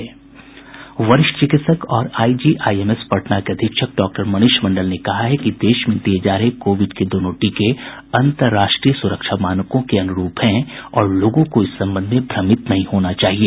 वरिष्ठ चिकित्सक और आईजीआईएमएस पटना के अधीक्षक डॉक्टर मनीष मंडल ने कहा है कि देश में दिये जा रहे कोविड के दोनों टीके अन्तर्राष्ट्रीय सुरक्षा मानकों के अनुरूप हैं और लोगों को इस संबंध में भ्रमित नहीं होना चाहिए